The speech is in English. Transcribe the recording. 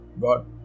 God